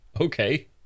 okay